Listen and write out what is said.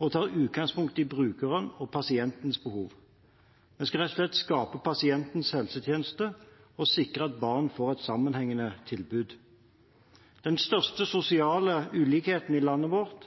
og tar utgangspunkt i brukerens og pasientens behov. Vi skal rett og slett skape pasientens helsetjeneste og sikre at barn får et sammenhengende tilbud. Den største sosiale ulikheten i landet vårt